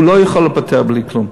הוא לא יכול להיפטר בלי כלום,